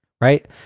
right